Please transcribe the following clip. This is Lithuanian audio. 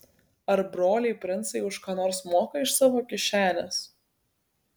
ar broliai princai už ką nors moka iš savo kišenės